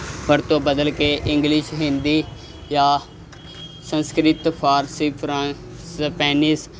ਵਰਤੋਂ ਬਦਲ ਕੇ ਇੰਗਲਿਸ਼ ਹਿੰਦੀ ਜਾਂ ਸੰਸਕ੍ਰਿਤ ਫਾਰਸੀ ਫਰਾਂਸ ਸਪੈਨਿਸ਼